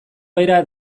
bera